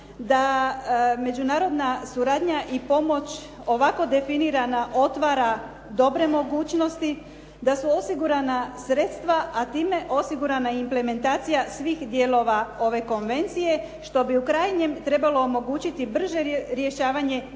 da međunarodna suradnja i pomoć ovako definirana otvara dobre mogućnosti, da su osigurana sredstva, a time osigurana i implementacija svih dijelova ove konvencije, što bi u krajnjem trebalo omogućiti brže rješavanje